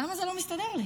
למה זה לא מסתדר לי?